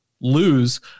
lose